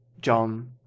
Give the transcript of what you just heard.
john